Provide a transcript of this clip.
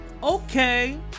Okay